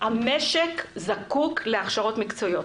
המשק זקוק להכשרות מקצועיות.